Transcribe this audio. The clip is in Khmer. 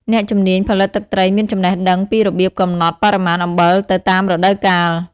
អ្នកជំនាញ ផលិតទឹកត្រីមានចំណេះដឹងពីរបៀបកំណត់បរិមាណអំបិលទៅតាមរដូវកាល។